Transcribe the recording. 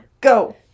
go